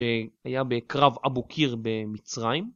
שהיה בקרב אבו קיר במצרים